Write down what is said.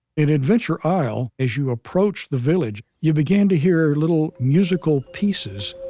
in adventure aisle, as you approach the village, you began to hear little musical pieces.